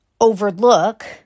overlook